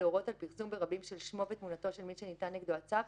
להורות על פרסום ברבים של שמו ותמונתו של מי שניתן נגדו הצו,